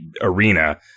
arena